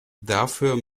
dafür